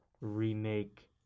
remake